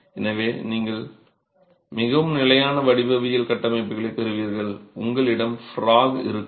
எனவே நீங்கள் மிகவும் நிலையான வடிவவியல் கட்டமைப்புகளைப் பெறுவீர்கள் உங்களிடம் ஃப்ராக் இருக்காது